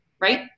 right